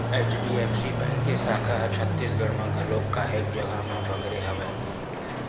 HDFC bank के साखा ह छत्तीसगढ़ म घलोक काहेच जघा म बगरे हवय